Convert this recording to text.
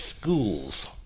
schools